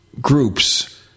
groups